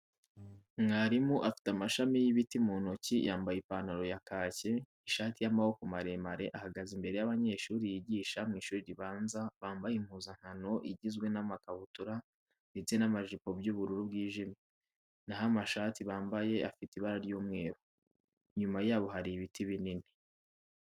Mwarimu afite amashami y'ibiti mu ntoki yambaye ipantalo ya kaki, ishati y'amaboko maremare, ahagaze imbere y'abanyeshuri yigisha mu ishuri ribanza bambaye impuzankano igizwe n'amakabutura ndetse n'amajipo by'ubururu bwijimye, naho amashati bambaye afite ibara ry'umweru. Inyuma yabo hari ibiti binini.